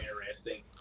interesting